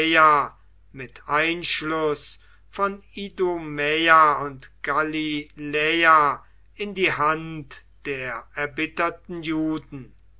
mit einschluß von idumäa und galiläa in die hand der erbitterten juden